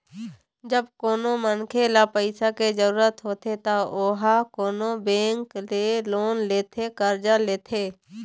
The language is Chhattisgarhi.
जब कोनो मनखे ल पइसा के जरुरत होथे त ओहा कोनो बेंक ले लोन लेथे करजा लेथे